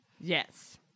Yes